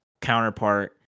counterpart